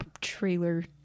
trailer